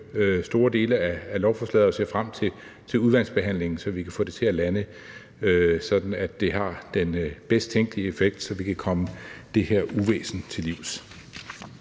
store dele af lovforslaget og ser frem til udvalgsbehandlingen, så vi kan få det landet, sådan at det har den bedst tænkelige effekt, og så vi kan komme det her uvæsen til livs.